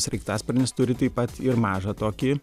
sraigtasparnis turi taip pat ir mažą tokį